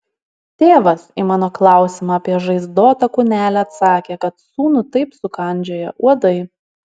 tėvas į mano klausimą apie žaizdotą kūnelį atsakė kad sūnų taip sukandžioję uodai